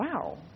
wow